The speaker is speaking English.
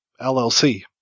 llc